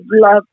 love